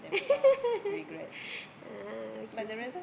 ah okay okay